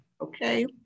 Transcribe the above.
okay